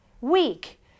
weak